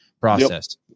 process